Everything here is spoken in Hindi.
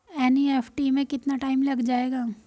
एन.ई.एफ.टी में कितना टाइम लग जाएगा?